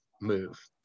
move